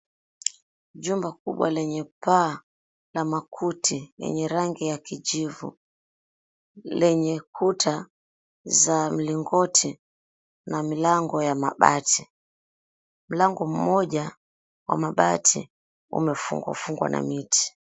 Jumba kubwa lenye paa la makuti yenye rangi ya kijivu. Lenye kuta za mlingoti ni milango ya mabati. Mlango mmoja wa mabati umefungwafungwa na miti.